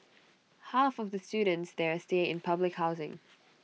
half of the students there stay in public housing